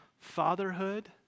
fatherhood